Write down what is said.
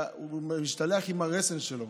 משלח את הרסן שלו.